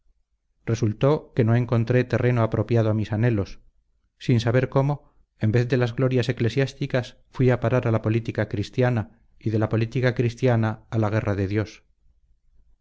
resultó que no encontré terreno apropiado a mis anhelos sin saber cómo en vez de las glorias eclesiásticas fui a parar a la política cristiana y de la política cristiana a la guerra de dios